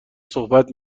صحبت